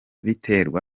biterwa